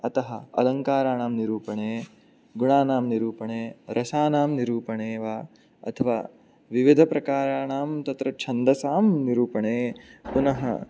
अतः अलङ्काराणां निरूपणे गुणानां निरूपणे रसानां निरूपणे वा अथवा विविधप्रकाराणां तत्र छन्दसां निरूपणे पुनः